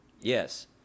Yes